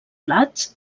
plats